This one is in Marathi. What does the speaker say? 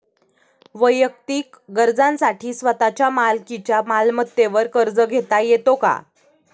वैयक्तिक गरजांसाठी स्वतःच्या मालकीच्या मालमत्तेवर कर्ज घेता येतो का?